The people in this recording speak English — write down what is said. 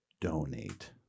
donate